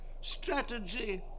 Strategy